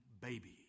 baby